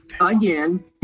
Again